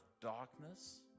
darkness